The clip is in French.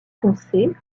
foncé